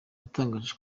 yatangaje